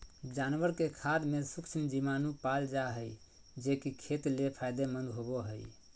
जानवर के खाद में सूक्ष्म जीवाणु पाल जा हइ, जे कि खेत ले फायदेमंद होबो हइ